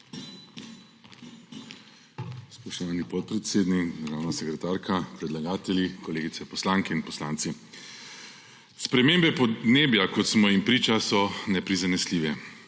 Spoštovani podpredsednik, državna sekretarka, predlagatelji, kolegice poslanke in poslanci! Spremembe podnebja, kot smo jim priča, so neprizanesljive.